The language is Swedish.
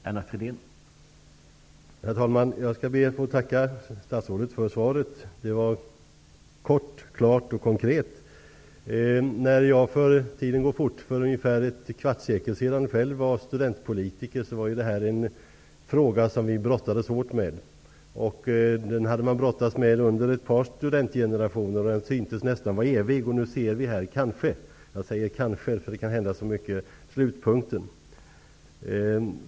Herr talman! Jag ber att få tacka statsrådet för svaret. Det var kort, klart och konkret. När jag för ungefär ett kvarts sekel sedan själv var studentpolitiker brottades vi hårt med den här frågan. Man hade tidigare brottats med frågan under ett par studentgenerationer, och den syntes nästan vara evig. Nu ser vi kanske -- jag säger kanske eftersom det kan hända så mycket -- slutpunkten.